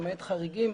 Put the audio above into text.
למעט חריגים,